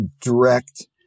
direct